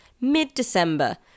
mid-December